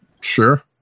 sure